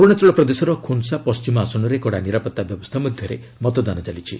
ଅରୁଣାଚଳ ପ୍ରଦେଶର ଖୋନ୍ସା ପଣ୍ଟିମ ଆସନରେ କଡ଼ା ନିରାପତ୍ତା ବ୍ୟବସ୍ଥା ମଧ୍ୟରେ ମତଦାନ ଚାଲିଛି